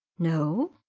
no!